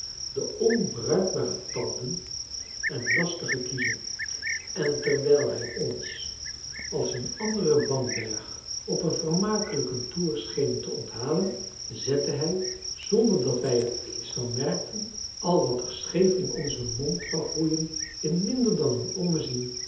de onbruikbare tanden en lastige kiezen en terwijl hij ons als een andere bamberg op een vermakelijken toer scheen te onthalen zette hij zonder dat wij er iets van merkten al wat er scheef in onzen mond wou groeien in minder dan een